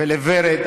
ולוורד,